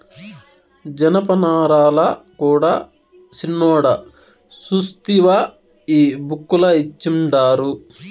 జనపనారల కూడా సిన్నోడా సూస్తివా ఈ బుక్ ల ఇచ్చిండారు